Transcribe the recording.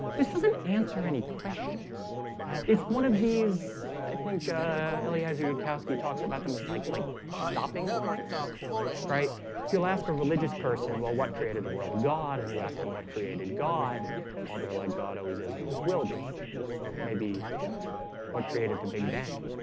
this doesn't answer any questions it's one of these i think eliezer yudkowsky talks about them was like like stopping points right if you'll ask a religious person well what created the world god and you ask them what created god all they're like god always is it and always will be so maybe what created the big bang?